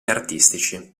artistici